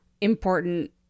important